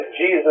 Jesus